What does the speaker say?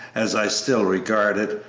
as i still regard it,